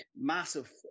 massive